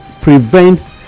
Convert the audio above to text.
prevent